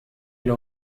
ils